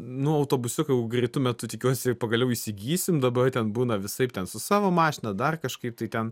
nu autobusiuką jau greitu metu tikiuosi pagaliau įsigysim dabar ten būna visaip ten su savo mašina dar kažkaip tai ten